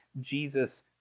Jesus